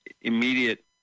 immediate